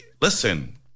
Listen